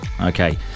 okay